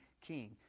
king